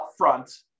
upfront